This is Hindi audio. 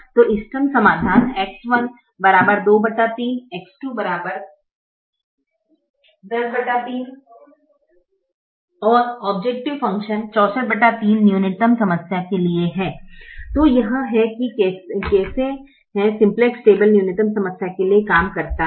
तो इष्टतम समाधान X1 23 X2 103 और औब्जैकटिव फ़ंक्शन 643 न्यूनतम समस्या के लिए है